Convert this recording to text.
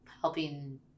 helping